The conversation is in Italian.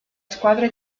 squadra